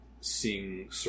seeing